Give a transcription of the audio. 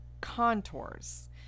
contours